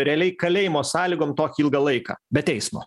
realiai kalėjimo sąlygom tokį ilgą laiką be teismo